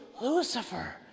Lucifer